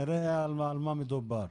נראה במה מדובר.